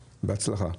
בהצלחה.